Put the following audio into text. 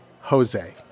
Jose